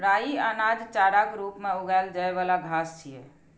राइ अनाज, चाराक रूप मे उगाएल जाइ बला घास छियै